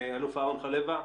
אלוף אהרון חליוה.